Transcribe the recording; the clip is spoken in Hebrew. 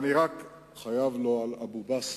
אני חייב לענות על אבו-בסמה,